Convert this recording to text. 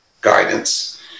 guidance